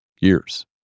years